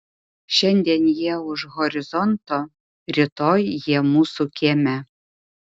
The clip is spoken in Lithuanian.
šiandien jie už horizonto rytoj jie mūsų kieme